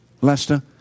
Lester